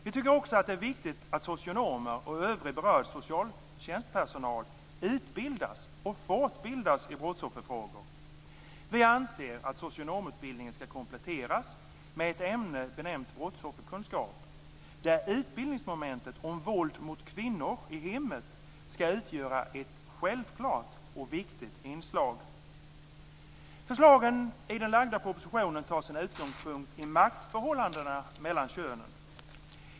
Det är också viktigt att socionomer och övrig berörd socialtjänstpersonal utbildas och fortbildas i brottsofferfrågor. Vi anser att socionomutbildningen skall kompletteras med ett ämne benämnt brottsofferkunskap, där utbildningsmomentet om våld mot kvinnor i hemmet skall utgöra ett självklart och viktigt inslag. Förslagen i den framlagda propositionen tar sin utgångspunkt i maktförhållandena mellan könen.